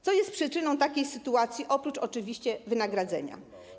Co jest przyczyną takiej sytuacji, oprócz oczywiście wynagrodzeń?